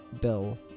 Bill